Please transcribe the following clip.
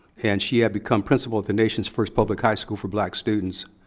and she had become principal at the nation's first public high school for black students.